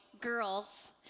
girls